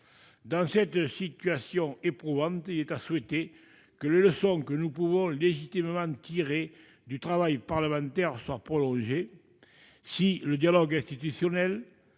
Dans cette situation éprouvante, souhaitons que les leçons que nous pouvons légitimement tirer du travail parlementaire soient prolongées. Si le dialogue institutionnel,